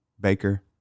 baker